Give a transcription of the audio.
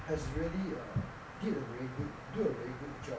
has really uh did a very good do a good job